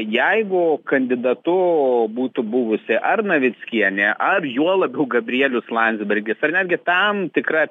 jeigu kandidatu būtų buvusi ar navickienė ar juo labiau gabrielius landsbergis ar netgi tam tikra